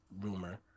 rumor